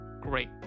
great